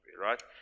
right